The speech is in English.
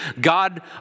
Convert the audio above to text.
God